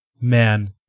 Man